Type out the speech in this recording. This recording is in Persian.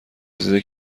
رسیده